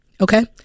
Okay